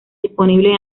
disponibles